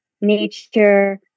nature